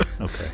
Okay